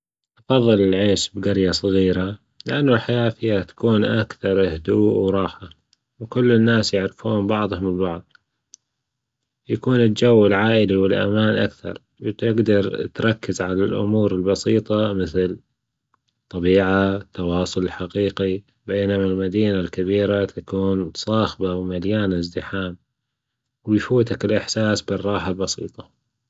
أفضل العيش بجرية صغيرة لأنه الحياة فيها تكون أكثر هدوء وراحة، وكل الناس يعرفون بعضهم البعض، يكون الجو العائلي والأمان أكثر، وتجدر تركز على الأمور البسيطة مثل الطبيعة التواصل الحقيقي ،بينما المدينة الكبيرة تكون صاخبة ومليانة إزدحام ويفوتك الإحساس بالراحة البسيطة.